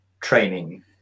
training